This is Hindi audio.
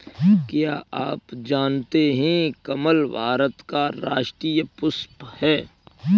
क्या आप जानते है कमल भारत का राष्ट्रीय पुष्प है?